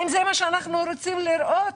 האם זה מה שאנחנו רוצים לראות.